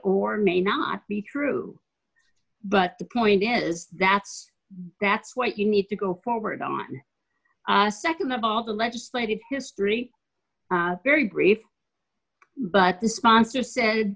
or may not be true but the point is that's that's what you need to go forward on a nd of all the legislative history very brief but the sponsor said